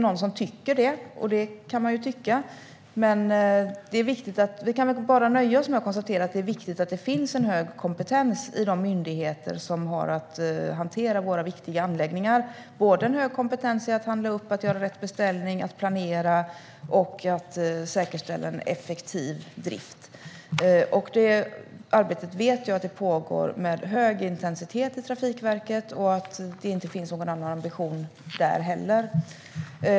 Någon tycker så, och det kan man tycka, men låt oss nöja oss med att konstatera att det är viktigt att det finns en hög kompetens i de myndigheter som har att hantera våra viktiga anläggningar. Det handlar om hög kompetens i att upphandla, göra rätt beställningar, planera och säkerställa en effektiv drift. Jag vet att arbetet pågår med hög intensitet i Trafikverket, och det finns ingen annan ambition där.